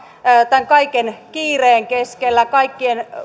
tämän kaiken kiireen keskellä kaikkien